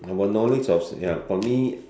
our knowledge of ya for me